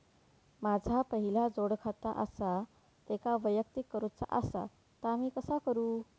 माझा पहिला जोडखाता आसा त्याका वैयक्तिक करूचा असा ता मी कसा करू?